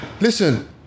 Listen